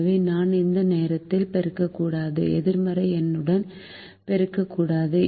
எனவே நான் இந்த நேரத்தில் பெருக்கக்கூடாது எதிர்மறை எண்ணுடன் பெருக்கக்கூடாது